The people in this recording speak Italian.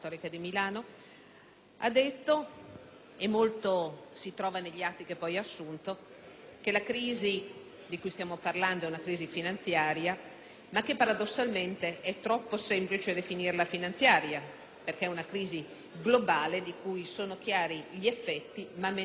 ha detto - e molto si trova negli atti che poi ha assunto - che la crisi di cui stiamo parlando è una crisi finanziaria che paradossalmente è troppo semplice definire così perché si tratta di una crisi globale di cui sono chiari gli effetti, ma meno chiare le cause.